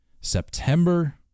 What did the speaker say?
September